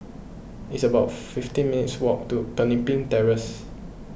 it's about fifteen minutes' walk to Pemimpin Terrace